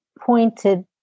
pointed